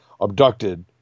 abducted